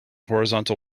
horizontal